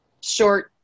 short